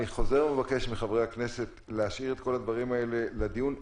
אני חוזר ומבקש מחברי הכנסת להשאיר את כל הדברים האלה לדיון.